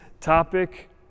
topic